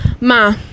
ma